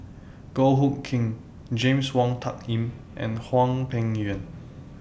Goh Hood Keng James Wong Tuck Yim and Hwang Peng Yuan